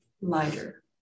lighter